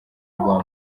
rwa